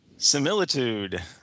Similitude